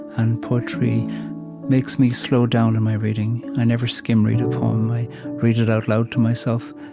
and poetry makes me slow down in my reading. i never skim-read a poem. i read it out loud to myself,